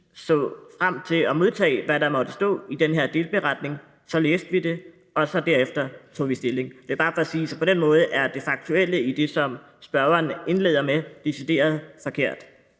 så frem til at modtage, hvad der måtte stå i den delberetning, så læste vi det, og derefter tog vi stilling. Det er bare for at sige, at på den måde er det faktuelle i det, som spørgeren indleder med, decideret forkert.